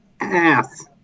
ass